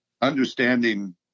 understanding